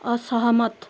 असहमत